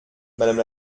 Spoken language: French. madame